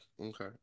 Okay